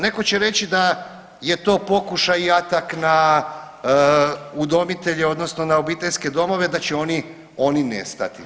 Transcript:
Netko će reći da je to pokušaj i atak na udomitelje, odnosno na obiteljske domove da će oni nestati.